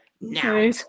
now